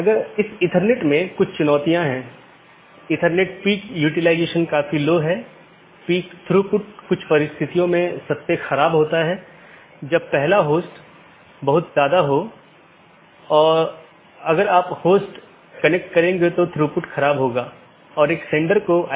अब मैं कैसे एक मार्ग को परिभाषित करता हूं यह AS के एक सेट द्वारा परिभाषित किया गया है और AS को मार्ग मापदंडों के एक सेट द्वारा तथा गंतव्य जहां यह जाएगा द्वारा परिभाषित किया जाता है